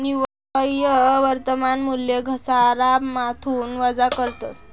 निव्वय वर्तमान मूल्य घसारामाथून वजा करतस